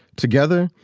together,